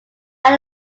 had